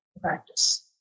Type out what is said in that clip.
practice